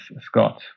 Scott